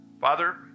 Father